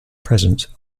present